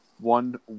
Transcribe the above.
one